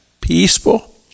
peaceful